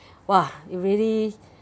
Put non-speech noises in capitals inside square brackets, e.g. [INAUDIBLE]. !wah! really [BREATH]